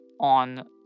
on